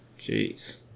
Jeez